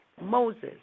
Moses